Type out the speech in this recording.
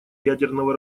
ядерного